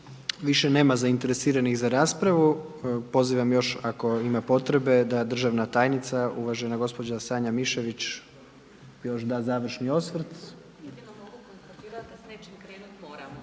Više nema zainteresiranih za raspravu. Pozivam još ako ima potrebe da državna tajnica, uvažena gospođa Sanja Mišević još da završni osvrt.